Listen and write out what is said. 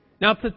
Now